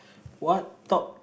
what top